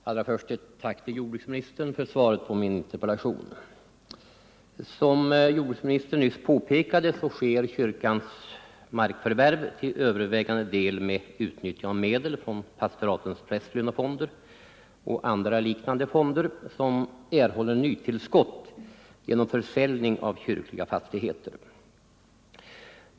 Herr talman! Allra först ett tack till jordbruksministern för svaret på min interpellation. Som jordbruksministern nyss påpekade sker kyrkans markförvärv till övervägande del med utnyttjande av medel från pastoratens prästlönefonder och andra liknande fonder, som erhåller nytillskott genom försäljning av kyrkliga fastigheter.